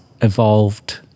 evolved